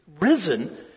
risen